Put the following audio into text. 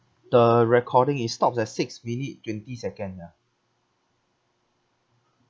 the recording it stops at six minute twenty second ya